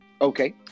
Okay